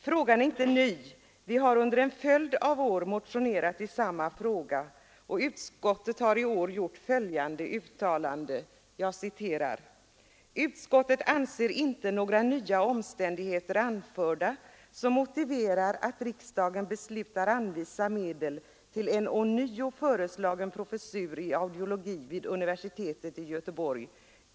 Frågan är inte ny — vi har under en följd av år motionerat i samma fråga, och utskottet gör i år följande uttalande: ”Utskottet anser inte några nya omständigheter anförda som motiverar att riksdagen beslutar anvisa medel till en ånyo föreslagen personlig professur i audiologi vid universitetet i Göteborg ———.